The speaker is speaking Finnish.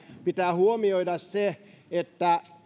pitää huomioida se että